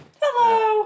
Hello